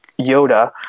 Yoda